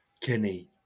Kenny